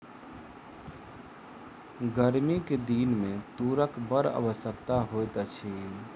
गर्मी के दिन में तूरक बड़ आवश्यकता होइत अछि